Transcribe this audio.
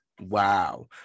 wow